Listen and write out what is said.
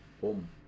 boom